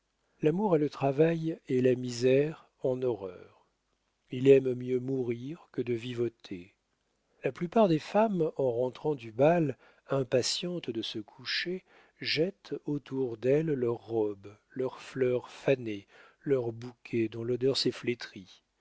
l'amour a le travail et la misère en horreur il aime mieux mourir que de vivoter la plupart des femmes en rentrant du bal impatientes de se coucher jettent autour d'elles leurs robes leurs fleurs fanées leurs bouquets dont l'odeur s'est flétrie